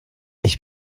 ich